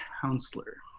counselor